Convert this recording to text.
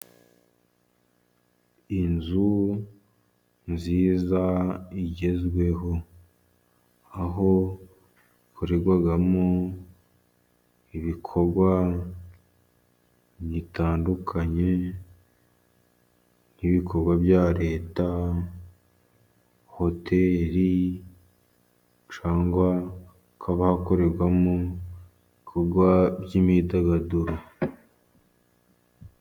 Inzu nziza igezweho, aho ikoregwamo ibikorwa bitandukanye, nk'ibikorwa bya Leta, Hotel cyangwa hakaba hakorerwa, ibikorwa by'imyidagaduro.